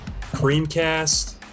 Creamcast